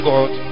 God